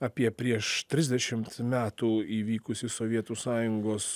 apie prieš trisdešimt metų įvykusį sovietų sąjungos